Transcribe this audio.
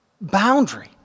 boundary